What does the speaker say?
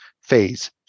phase